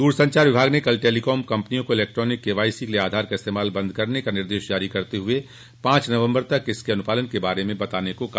दूरसंचार विभाग ने कल टेलीकॉम कंपनियों को इलेक्ट्रॉनिक केवाईसी के लिए आधार का इस्तेमाल बंद करने का निर्देश जारी करते हुए पांच नवम्बर तक इसके अनुपालन के बारे में बताने को कहा